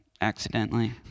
Accidentally